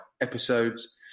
episodes